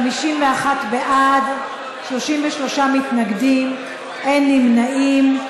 51 בעד, 33 מתנגדים, אין נמנעים.